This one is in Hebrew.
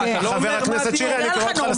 לא יכול להיות הדבר הזה.